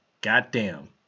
goddamn